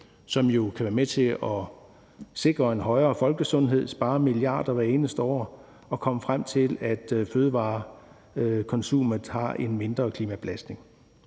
jo kan være med til at sikre en bedre folkesundhed, spare milliarder hvert eneste år og føre frem til, at fødevarekonsumet har en mindre klimabelastning.